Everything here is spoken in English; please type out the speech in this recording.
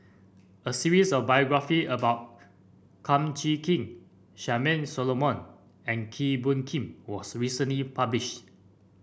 a series of biography about Kum Chee Kin Charmaine Solomon and Kee Bee Khim was recently published